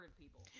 people